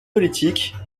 politiques